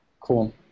Cool